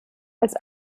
als